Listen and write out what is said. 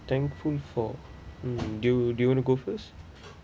thankful for hmm do do you want to go first